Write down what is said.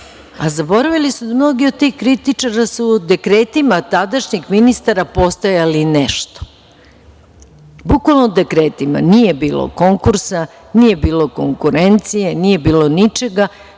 a zaboravili da su mnogi od tih kritičara dekretima tadašnjih ministara postajali nešto. Bukvalno dekretima. Nije bilo konkursa, nije bilo konkurencije, nije bilo ničega,